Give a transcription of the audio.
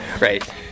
right